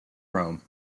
rome